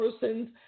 persons